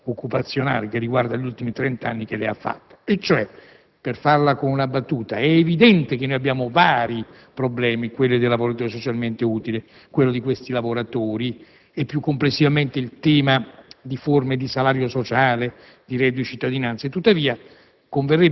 come in parte si evince anche dalla cronistoria della complicata vicenda occupazionale che riguarda gli ultimi trent'anni a Napoli. Per dirla con una battuta, è evidente che abbiamo vari problemi: quello dei lavoratori socialmente utili, quello di questi lavoratori delle cooperative